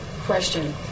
question